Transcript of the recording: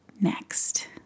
next